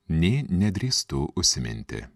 nė nedrįstu užsiminti